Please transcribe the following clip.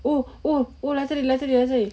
oh oh oh 来这里来这里来这里